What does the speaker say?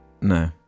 No